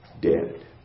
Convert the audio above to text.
dead